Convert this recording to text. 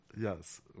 Yes